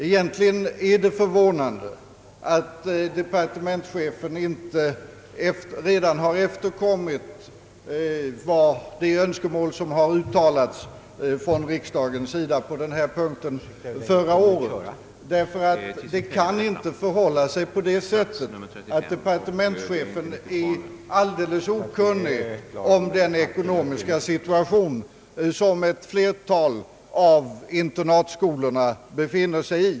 Egentligen är det förvånande att departementschefen inte redan har efterkommit det önskemål som uttalades från riksdagens sida på denna punkt förra året. Det kan nämligen inte förhålla sig på det sättet att departementschefen är helt okunnig om den ekonomiska situation som ett flertal av internatskolorna befinner sig i.